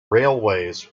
railways